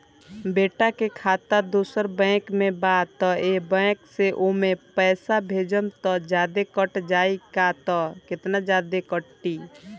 बेटा के खाता दोसर बैंक में बा त ए बैंक से ओमे पैसा भेजम त जादे कट जायी का त केतना जादे कटी?